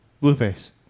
Blueface